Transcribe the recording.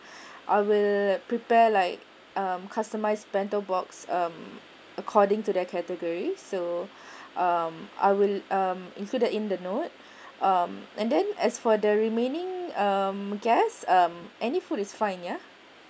I will prepare like um customized bento box um according to their category so um I will um included in the note um and then as for the remaining um guests um any food is fine ya